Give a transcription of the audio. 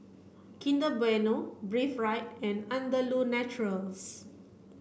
Kinder Bueno Breathe Right and Andalou Naturals